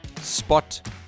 Spot